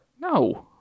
No